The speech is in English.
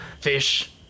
Fish